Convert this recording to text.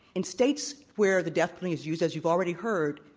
in states where the death penalty is used, as you've already heard,